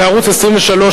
וערוץ-23,